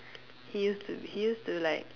he used to be he used to like